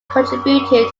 contributed